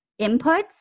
inputs